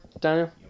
Daniel